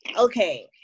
okay